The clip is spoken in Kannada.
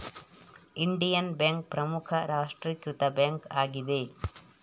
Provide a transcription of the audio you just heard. ಇಂಡಿಯನ್ ಬ್ಯಾಂಕ್ ಪ್ರಮುಖ ರಾಷ್ಟ್ರೀಕೃತ ಬ್ಯಾಂಕ್ ಆಗಿದೆ